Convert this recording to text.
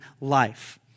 life